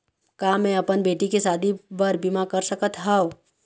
का मैं अपन बेटी के शादी बर बीमा कर सकत हव?